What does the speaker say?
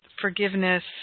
forgiveness